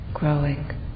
growing